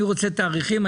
אני רוצה תאריכים,